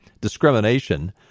discrimination